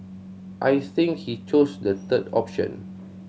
I think he chose the third option